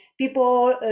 people